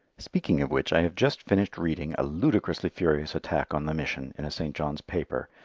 speaking of which i have just finished reading a ludicrously furious attack on the mission in a st. john's paper,